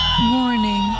Morning